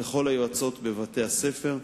לכל היועצות בבתי-הספר.